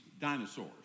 dinosaurs